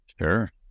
Sure